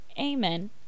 amen